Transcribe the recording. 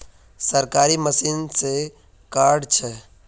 सरकारी मशीन से कार्ड छै?